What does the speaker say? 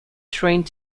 trained